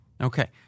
Okay